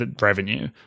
revenue